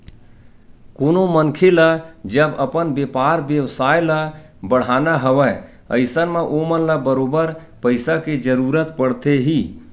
कोनो मनखे ल जब अपन बेपार बेवसाय ल बड़हाना हवय अइसन म ओमन ल बरोबर पइसा के जरुरत पड़थे ही